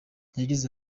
yagize